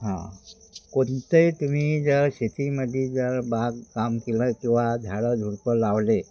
हां कोणते तुम्ही जर शेतीमध्ये जर बागकाम केलं किंवा झाडं झुडपं लावले